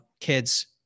kids